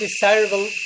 desirable